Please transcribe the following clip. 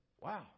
wow